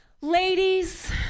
ladies